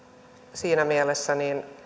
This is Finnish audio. siinä mielessä